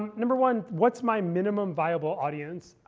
number one, what's my minimum viable audience?